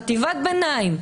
חטיבת ביניים,